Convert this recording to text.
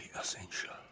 essential